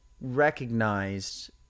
recognized